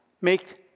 make